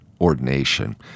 ordination